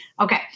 okay